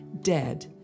dead